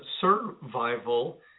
survival